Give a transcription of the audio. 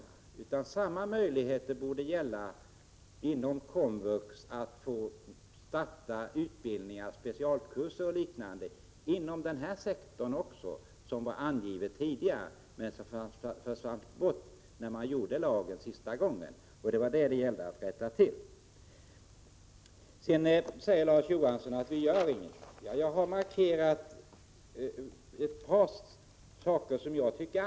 Det borde alltså finnas samma möjligheter för komvux att starta utbildning, specialkurser och liknande också inom denna sektor, något som tidigare angavs men som togs bort när lagen senast utformades. Det gällde att rätta till det. Larz Johansson säger att det inte görs någonting. Jag har markerat ett par saker som är angelägna.